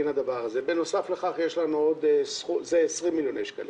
זה 20 מיליוני שקלים.